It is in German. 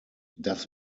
das